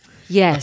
Yes